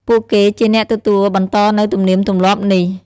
ពួកគេជាអ្នកទទួលបន្តនូវទំនៀមទម្លាប់នេះ។